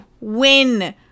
win